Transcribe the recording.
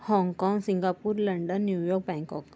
हाँगकाँग Singapore London New York Bangkok